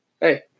hey